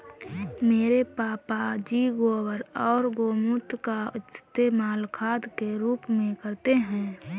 मेरे पापा जी गोबर और गोमूत्र का इस्तेमाल खाद के रूप में करते हैं